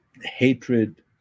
hatred